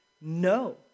no